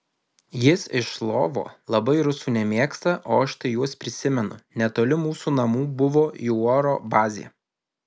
jis iš lvovo labai rusų nemėgsta o aš tai juos prisimenu netoli mūsų namų buvo jų oro bazė